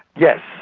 yes.